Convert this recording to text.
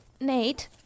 nate